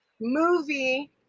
movie